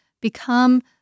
Become